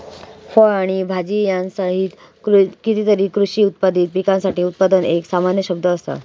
फळ आणि भाजीयांसहित कितीतरी कृषी उत्पादित पिकांसाठी उत्पादन एक सामान्य शब्द असा